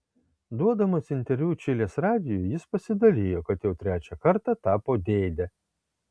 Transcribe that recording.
duodamas interviu čilės radijui jis pasidalijo kad jau trečią kartą tapo dėde